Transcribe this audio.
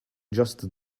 just